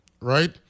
right